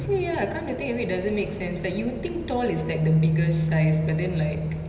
actually ya come to think of it doesn't make sense like you would think tall is like the biggest size but then like